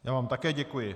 Já vám také děkuji.